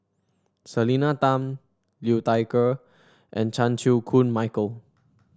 Selena Tan Liu Thai Ker and Chan Chew Koon Michael